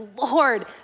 Lord